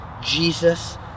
Jesus